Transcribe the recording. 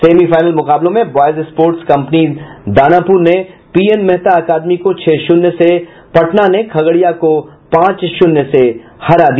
semifinal मुकाबलों में boys sports company Danapur ने पी एन मेहता अकादमी को छह शून्य से पटना ने खगड़िया को पांच शून्य से हरा दिया